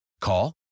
Call